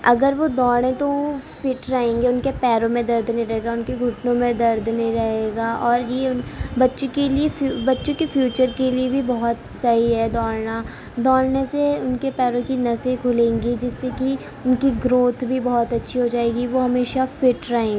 اگر وہ دوڑیں تو وہ فٹ رہیں گے ان کے پیروں میں درد نہیں رہے گا ان کے گھٹنوں میں درد نہیں رہے گا اور یہ بچوں کے لیے بچوں کے فیچر کے لیے بہت صحیح ہے دوڑنا دوڑنے سے ان کے پیروں کی نسیں کھلیں گی جس سے کہ ان کی گروتھ بھی بہت اچھی ہو جائے گی وہ ہمیشہ فٹ رہیں